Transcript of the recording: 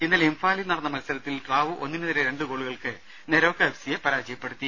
ഇന്നലെ ഇംഫാലിൽ നടന്ന മത്സരത്തിൽ ട്രാവു ഒന്നിനെതിരെ രണ്ട് ഗോളുകൾക്ക് നെരോക്ക എഫ്സിയെ പരാജയപ്പെടുത്തി